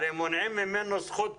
מונעים ממנו זכות בסיסית,